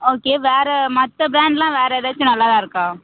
okay வேறு மற்ற ப்ராண்ட்டெலாம் வேறு ஏதாச்சும் நல்லதாக இருக்கா